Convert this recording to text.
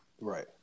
Right